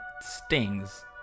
stings